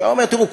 שאומר: תראו,